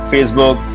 Facebook